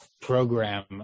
program